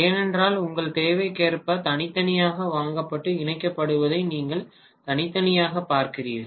ஏனென்றால் உங்கள் தேவைக்கேற்ப தனித்தனியாக வாங்கப்பட்டு இணைக்கப்படுவதை நீங்கள் தனித்தனியாகப் பார்க்கிறீர்கள்